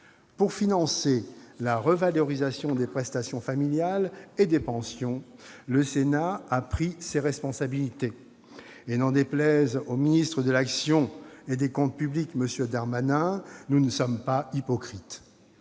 Pour financer la revalorisation des prestations familiales et des pensions, le Sénat a pris ses responsabilités et, n'en déplaise au ministre de l'action et des comptes publics, M. Darmanin, nous ne sommes pas « hypocrites